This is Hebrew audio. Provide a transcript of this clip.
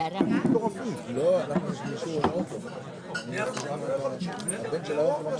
יחליף אותי ינון תוך כדי הדיון אבל אני קודם כל מקדם בברכה את שר האוצר.